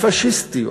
הפאשיסטיות,